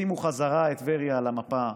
שימו בחזרה את טבריה על המפה,